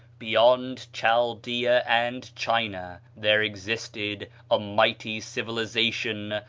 beyond chaldea and china, there existed a mighty civilization,